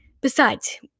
Besides